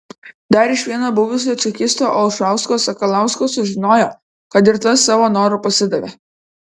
dar iš vieno buvusio čekisto olšausko sakalausko sužinojo kad ir tas savo noru pasidavė